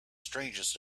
strangeness